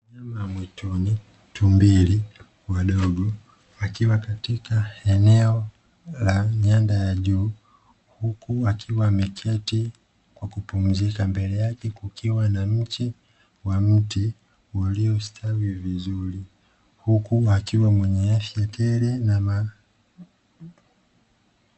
Mnyama wa mwituni tumbiri wadogo wakiwa katika eneo la nyanda ya juu, huku wakiwa wameketi kwa kupumzika mbele kukiwa na mche wa mti uliostawi vizuri, huku akiwa mwenye afya tela na ma.